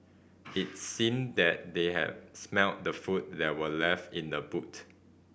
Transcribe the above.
it seemed that they had smelt the food that were left in the boot